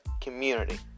community